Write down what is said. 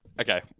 Okay